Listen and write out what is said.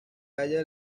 halla